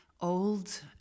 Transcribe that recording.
old